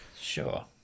Sure